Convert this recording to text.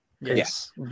Yes